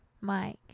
mike